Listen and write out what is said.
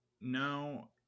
No